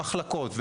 במחלקות,